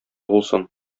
булсын